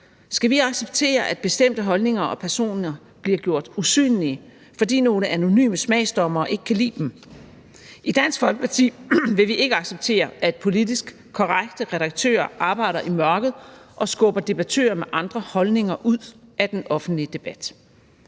Skal vi acceptere, at bestemte holdninger og personer bliver gjort usynlige, fordi nogle anonyme smagsdommere ikke kan lide dem? I Dansk Folkeparti vil vi ikke acceptere, at politisk korrekte redaktører arbejder i mørket og skubber debattører med andre holdninger ud af den offentlige debat.